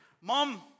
Mom